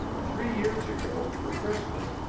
three years ago, for christmas,